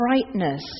brightness